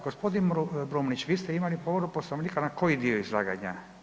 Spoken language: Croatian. Gospodin Brumnić vi ste imali povredu Poslovnika na koji dio izlaganja?